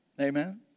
Amen